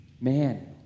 man